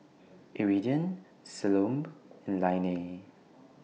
Iridian Salome and Lainey